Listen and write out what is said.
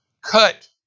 cut